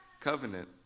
covenant